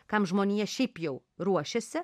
kam žmonija šiaip jau ruošėsi